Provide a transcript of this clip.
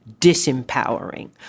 disempowering